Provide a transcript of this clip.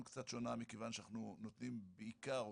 בדיוק.